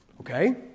Okay